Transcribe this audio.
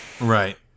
Right